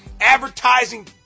advertising